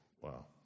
Wow